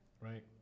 right